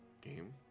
game